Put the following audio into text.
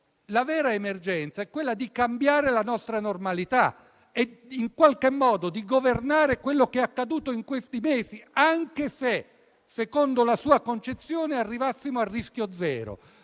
la vera emergenza è quella di cambiare la nostra normalità e in qualche modo di governare quello che è accaduto in questi mesi, anche se, secondo la sua concezione, arrivassimo al rischio zero.